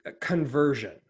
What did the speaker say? conversion